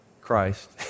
Christ